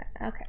Okay